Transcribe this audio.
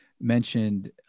mentioned